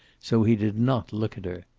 so he did not look at her.